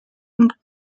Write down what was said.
und